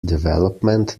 development